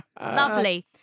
Lovely